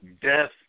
death